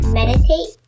meditate